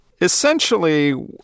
Essentially